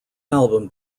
album